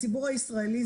הציבור הישראלי,